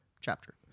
chapter